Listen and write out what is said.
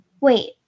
Wait